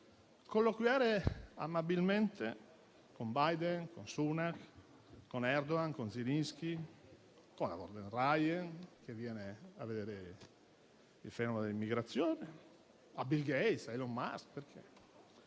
colloquiare amabilmente con Biden, con Sunak, con Erdogan, con Zelensky, con la von der Leyen, che viene a vedere il fenomeno dell'immigrazione, con Bill Gates, Elon Musk, eccetera.